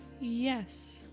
Yes